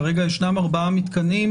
כרגע ישנם ארבעה מתקנים.